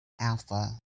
Alpha